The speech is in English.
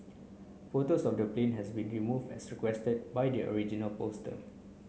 photos of the plane have been removed as requested by the original poster